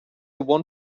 want